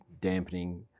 dampening